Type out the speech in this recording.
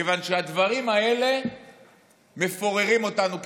כיוון שהדברים האלה מפוררים אותנו כחברה.